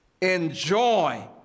enjoy